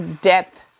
depth